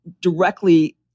directly –